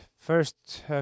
first